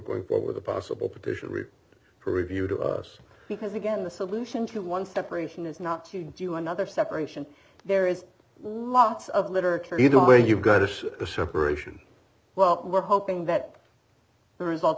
going for with the possible petition route for review to us because again the solution to one step aeration is not to do another separation there is lots of literature either way you've got is a separation well we're hoping that the result